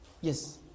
Yes